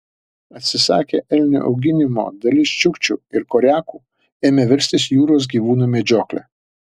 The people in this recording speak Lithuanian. atsisakę elnių auginimo dalis čiukčių ir koriakų ėmė verstis jūros gyvūnų medžiokle